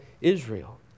Israel